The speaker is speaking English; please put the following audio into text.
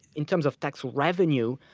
in terms of tax revenue,